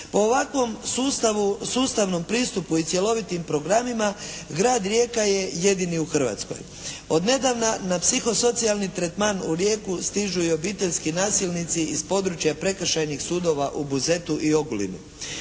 Po ovakvom sustavnom pristupu i cjelovitim programima Grad Rijeka je jedini u Hrvatskoj. Od nedavna na psiho socijalni tretman u Rijeku stižu i obiteljski nasilnici iz područja Prekršajnih sudova u Buzetu i Ogulinu.